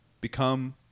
become